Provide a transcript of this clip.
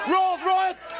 Rolls-Royce